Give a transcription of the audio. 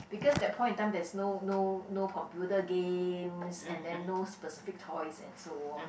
because that point in time there's no no no computer games and then no specific toys and so on